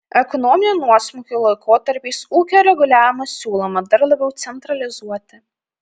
ekonominių nuosmukių laikotarpiais ūkio reguliavimą siūloma dar labiau centralizuoti